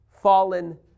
fallen